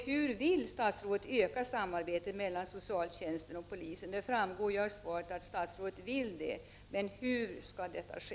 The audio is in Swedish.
Hur vill statsrådet vidare öka samarbetet mellan socialtjänsten och polisen? Det framgår av svaret att statsrådet vill det, men hur skall detta ske?